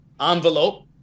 envelope